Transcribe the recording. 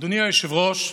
אדוני היושב-ראש,